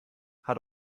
hat